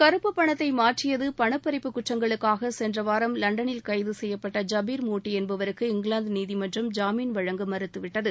கருப்பு பணத்தை மாற்றியது பணம் பறிப்பு குற்றங்களுக்காக சென்ற வாரம் லண்டனில் கைது செய்யப்பட்ட ஜபீர் மோட்டி என்பவருக்கு இங்கிலாந்து நீதிமன்றம் ஜாமின் வழங்க மறுத்துவிட்டது